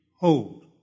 hold